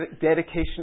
dedication